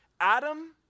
Adam